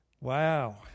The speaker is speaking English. Wow